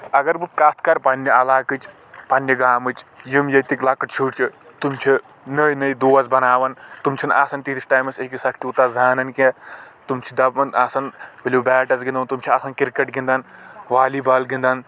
اگر بہٕ کتھ کرٕ پننہِ علاقٕچ پننہِ گامٕچ یِم یتٕکۍ لکٕٹۍ شرۍ چھِ تِم چھِ نٔوۍ نٔوۍ دوس بناوان تِم چھِنہٕ آسان تیٖتِس ٹایٚمس أکِس اکھ تیوٗتاہ زانان کینٛہہ تِم چھِ دپان آسان ؤلِو بیٹس گنٛدو تِم چھِ آسان کرکٹ گِنٛدان والی بال گنٛدان